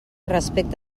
respecta